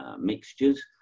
mixtures